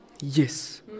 Yes